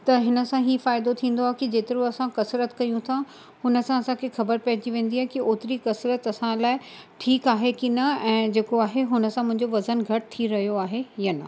त हिन सां ई फ़ाइदो थींदो आहे कि जेतिरो असां कसरत कयूं था हुन सां असांखे ख़बर पइजी वेंदी आहे कि ओतिरी कसरत असां लाइ ठीकु आहे कि न ऐं जेको आहे हुन सां मुंहिंजो वज़न घटि थी रहियो आहे या न